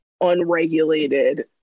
unregulated